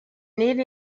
need